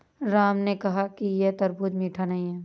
राम ने कहा कि यह तरबूज़ मीठा नहीं है